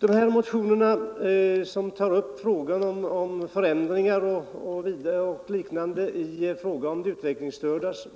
De motioner som tar upp frågan om förändringar m.m. i fråga om de utvecklingsstördas